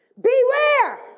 beware